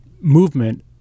movement